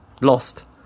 lost